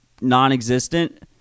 non-existent